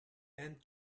and